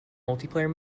multiplayer